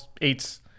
eights